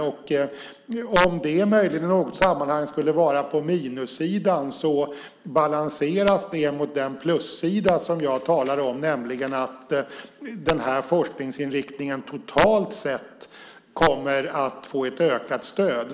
Om det möjligen i något sammanhang skulle vara på minussidan balanseras det av den plussida som jag talade om, nämligen att den här forskningsinriktningen totalt sett kommer att få ett ökat stöd.